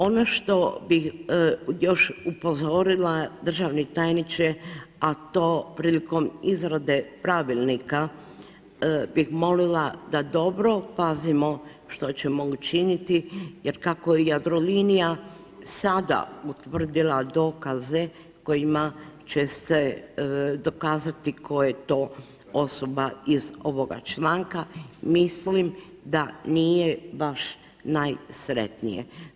Ono što bih još upozorila, državni tajniče a to prilikom izrade pravilnika bih molila da dobro pazimo što ćemo učiniti jer kako je Jadrolinija sada utvrdila dokaze kojima će se dokazi tko je to osoba iz ovoga članka, mislim da nije baš najsretnije.